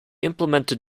implemented